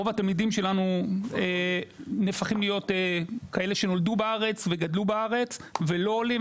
רוב התלמידים שלנו נהפכים להיות כאלה שנולדו בארץ וגדלו בארץ ולא עולים.